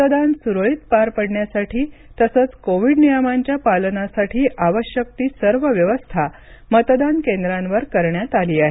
मतदान सुरळीत पार पडण्यासाठी तसंच कोविड नियमांच्या पालनासाठी आवश्यक ती सर्व व्यवस्था मतदान केंद्रांवर करण्यात आली आहे